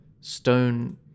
stone